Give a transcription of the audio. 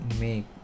make